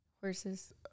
horses